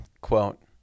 quote